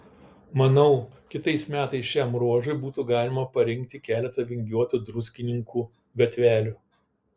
manau kitais metais šiam ruožui būtų galima parinkti keletą vingiuotų druskininkų gatvelių